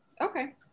Okay